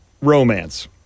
Romance